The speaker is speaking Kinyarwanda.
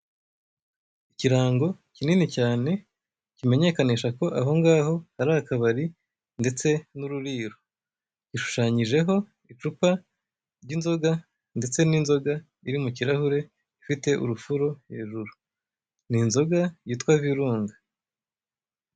Ikirango kinini cyane kimenyekanisha ko ahongaho hari akabari ndetse n'ururiro, gishushanyijeho icupa ry'inzoga ndetse n'inzoga iri mu kirahure ifite urufuro hejuru, ni inzoga yitwa virunga.